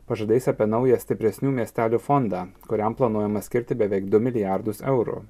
pažadais apie naują stipresnių miestelių fondą kuriam planuojama skirti beveik du milijardus eurų